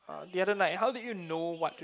the other night how did you know what to